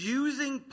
using